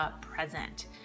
present